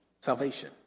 salvation